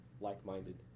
like-minded